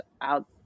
out